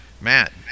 Matt